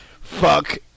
fuck